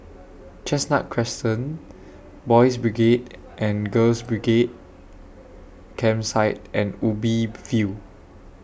Chestnut Crescent Boys' Brigade and Girls' Brigade Campsite and Ubi View